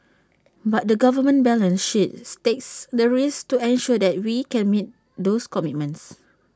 but the government balance sheets takes the risk to ensure that we can meet those commitments